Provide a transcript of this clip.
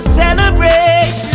celebrate